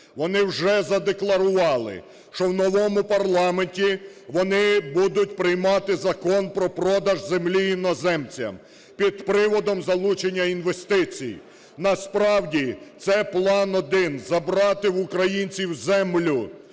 вони вже задекларували, що у новому парламенті вони будуть приймати Закон про продаж землі іноземцям під приводом залучення інвестицій. Насправді, це план один - забрати в українців землю,